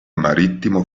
marittimo